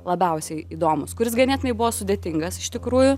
labiausiai įdomus kuris ganėtinai buvo sudėtingas iš tikrųjų